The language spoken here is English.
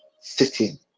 sitting